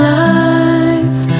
life